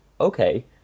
okay